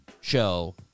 show